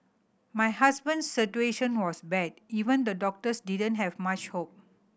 my husband situation was bad even the doctors didn't have much hope